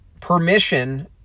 permission